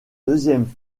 deuxième